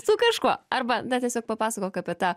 su kažkuo arba na tiesiog papasakok apie tą